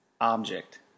object